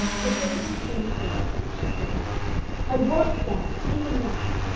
there presently came a phase in which she said i won't stand it even now.